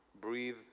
breathe